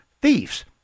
thieves